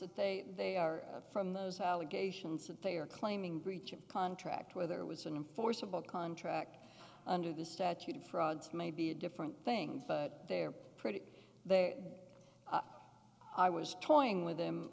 that they they are from those allegations that they are claiming breach of contract whether it was an forcible contract under the statute of frauds may be a different thing but they're pretty that i was toying with